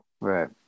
Right